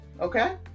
Okay